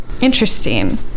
Interesting